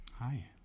hi